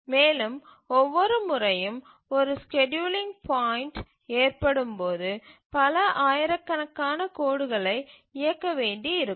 மேலும் ஒவ்வொரு முறையும் ஒரு ஸ்கேட்யூலிங் பாயிண்ட்டு ஏற்படும் போது பல ஆயிரக்கணக்கான கோடுகளை இயக்க வேண்டியிருக்கும்